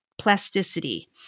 plasticity